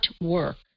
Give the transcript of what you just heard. work